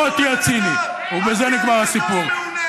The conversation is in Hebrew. פה תהיה ציני, ובזה נגמר הסיפור.